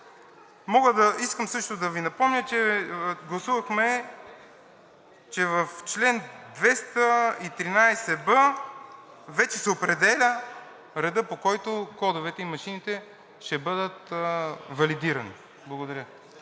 някой. Искам също да Ви напомня, че гласувахме, че в чл. 213б вече се определя редът, по който кодовете и машините ще бъдат валидирани. Благодаря.